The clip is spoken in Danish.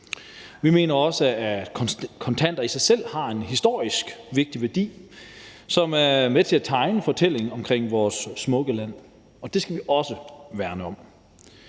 Vi mener også, at kontanter i sig selv har en historisk vigtig værdi, som er med til at tegne fortællingen om vores smukke land, og det skal vi også værne om.